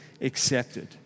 accepted